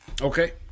Okay